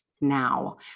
now